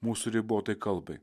mūsų ribotai kalbai